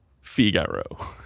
Figaro